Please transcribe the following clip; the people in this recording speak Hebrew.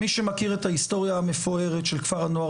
מי שמכיר את ההיסטוריה המפוארת של כפר הנוער